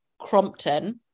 Crompton